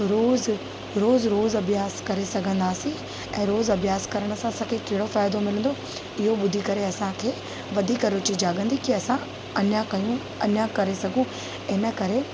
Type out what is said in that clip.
रोज़ु रोज़ु रोज़ु अभ्यास करे सघंदासीं ऐं रोज़ु अभ्यास करण सां असांखे कहिड़ो फ़ाइदो मिलंदो इहो ॿुधी करे असांखे वधीक रुचि जाॻंदी की असां अञा कयूं अञा करे सघूं इन करे